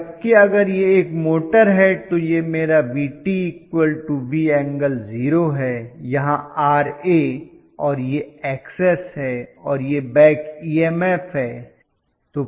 जबकि अगर यह एक मोटर है तो यहां मेरा VtV∠0°है यहां Ra और यह Xs है और यह बैक ईएमएफ है